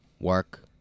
Work